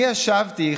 אני ישבתי הבוקר,